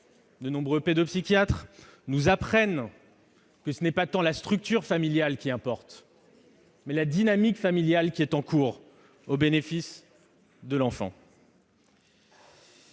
et pédopsychiatres nous apprennent que ce n'est pas tant la structure familiale qui importe, mais la dynamique familiale qui est en cours au bénéfice de l'enfant.